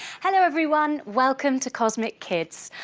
hello everyone! welcome to cosmic kids!